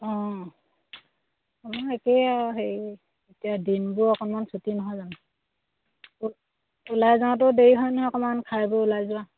অঁ মই একেই আৰু হেৰি এতিয়া দিনবোৰ অকণমান চুটি নহয় জানো ওলাই যাওঁতেও দেৰি হয় নহয় অকণমান খাইবৈ ওলাই যোৱা